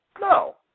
No